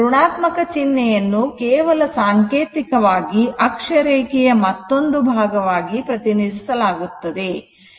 ಋಣಾತ್ಮಕ ಚಿಹ್ನೆಯನ್ನು ಕೇವಲ ಸಾಂಕೇತಿಕವಾಗಿ ಅಕ್ಷರೇಖೆಯ ಮತ್ತೊಂದು ಭಾಗವಾಗಿ ಪ್ರತಿನಿಧಿಸಲಾಗುತ್ತದೆ